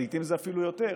לעיתים זה אפילו יותר,